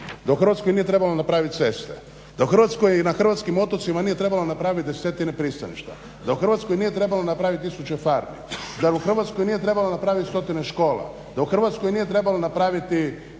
da u Hrvatskoj nije trebalo napravit ceste, da u Hrvatskoj i na hrvatskim otocima nije trebalo napravit desetine pristaništa, da u Hrvatskoj nije trebalo napravit tisuće farmi, da u Hrvatskoj nije trebalo napravit stotine škola, da u Hrvatskoj nije trebalo napraviti